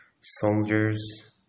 soldiers